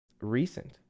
recent